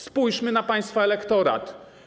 Spójrzmy na państwa elektorat.